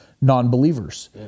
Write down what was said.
non-believers